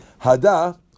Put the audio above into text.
Hada